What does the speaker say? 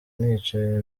nicaye